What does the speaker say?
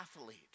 athlete